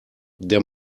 der